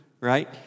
right